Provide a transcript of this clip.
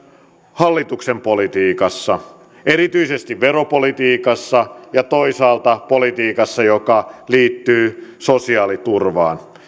hallituksen politiikassa erityisesti veropolitiikassa ja toisaalta politiikassa joka liittyy sosiaaliturvaan